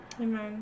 Amen